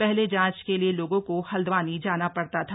पहले जांच के लिए लोगों को हल्दवानी जाना पड़ता था